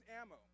ammo